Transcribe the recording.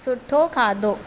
सुठो खाधो